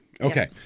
Okay